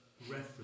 reference